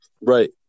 Right